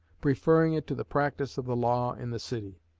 preferring it to the practice of the law in the city.